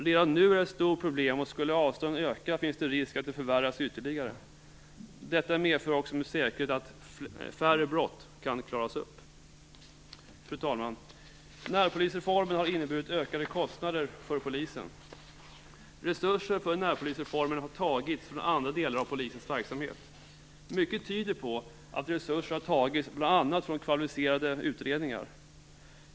Redan nu är detta ett stort problem, och skulle avstånden öka finns det risk att problemet förvärras ytterligare. Detta medför också med säkerhet att färre brott klaras upp. Fru talman! Närpolisreformen har inneburit ökade kostnader för polisen. Resurser för närpolisreformen har tagits från andra delar av polisens verksamhet. Mycket tyder på att resurser har tagits från bl.a. kvalificerade utredningar.